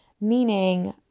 Meaning